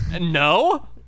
No